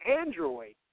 Android